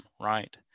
right